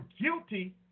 guilty